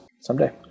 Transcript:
Someday